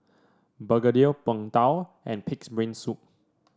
Begedil Png Tao and pig's brain soup